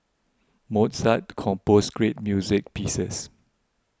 Mozart composed great music pieces